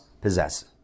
possess